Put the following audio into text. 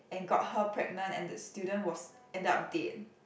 and got her pregnant and the student was ended up dead